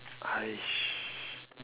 !hais!